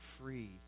free